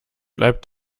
bleibt